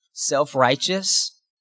Self-righteous